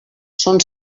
són